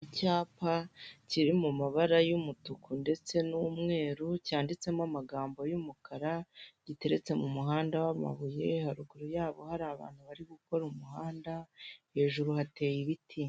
Icyapa kiri mu mabara y'umutuku ndetse n'umweru cyanditsemo amagambo y'umukara giteretse mu muhanda w'amabuye haruguru yabo hari abantu bari gukora umuhanda hejuru hateye ibiti.